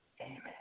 Amen